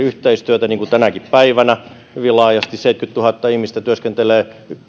yhteistyötä niin kuin tänäkin päivänä hyvin laajasti kun seitsemänkymmentätuhatta ihmistä työskentelee